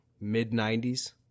mid-90s